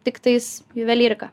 tiktais juvelyriką